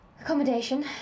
accommodation